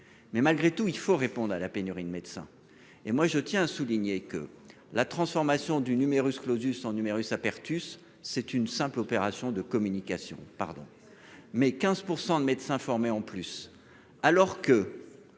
Mais malgré tout il faut répondre à la pénurie de médecins, et moi je tiens à souligner que la transformation du numerus clausus en numerus apertus c'est une simple opération de communication pardon. Mais 15% de médecins formés en plus alors que.